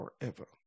forever